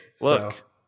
Look